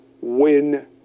win